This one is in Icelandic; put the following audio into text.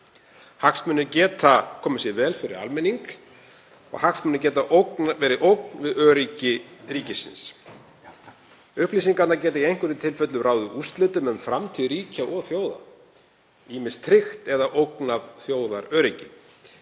Hagsmunir geta komið sér vel fyrir almenning og hagsmunir geta verið ógn við öryggi ríkisins. Upplýsingarnar geta í einhverjum tilfellum ráðið úrslitum um framtíð ríkja og þjóða, ýmis tryggt eða ógnað þjóðaröryggi.